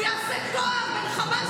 והוא יעשה, בין חמאס